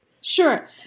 sure